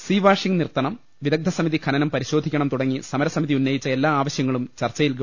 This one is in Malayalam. സീ വാഷിംഗ് നിർത്തണം വിദഗ്ധ സമിതി ഖനനം പരിശോ ധിക്കണം തുടങ്ങി സമരസമിതി ഉന്നയിച്ച എല്ലാ ആവശ്യങ്ങളും ചർച്ചയിൽ ഗവ